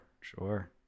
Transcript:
sure